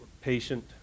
patient